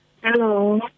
hello